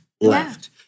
left